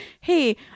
hey